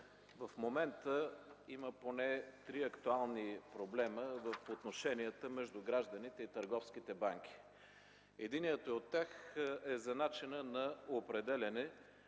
в момента има поне три актуални проблема в отношенията между гражданите и търговските банки. Единият от тях е за начина на определяне